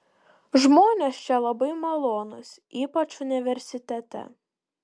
žmonės čia labai malonūs ypač universitete